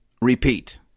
repeat